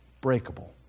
breakable